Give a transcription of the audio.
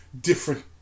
different